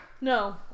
No